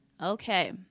Okay